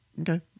Okay